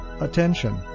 attention